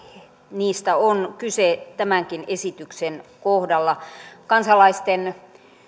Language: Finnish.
niistä on kyse tämänkin esityksen kohdalla kansalaisten